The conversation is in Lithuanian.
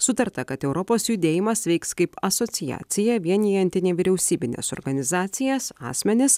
sutarta kad europos judėjimas veiks kaip asociacija vienijanti nevyriausybines organizacijas asmenis